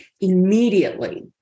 immediately